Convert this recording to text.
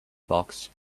box